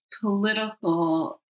political